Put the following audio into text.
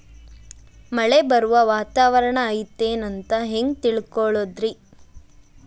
ಮಳೆ ಬರುವ ವಾತಾವರಣ ಐತೇನು ಅಂತ ಹೆಂಗ್ ತಿಳುಕೊಳ್ಳೋದು ರಿ?